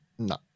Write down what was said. No